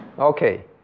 Okay